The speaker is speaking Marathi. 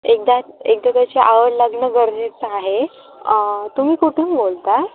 एकदा एकदा त्याची आवड लागणं गरजेचं आहे तुम्ही कुठून बोलत आहे